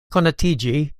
konatiĝi